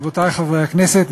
רבותי חברי הכנסת,